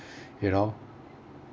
you know